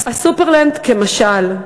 ה"סופרלנד" כמשל.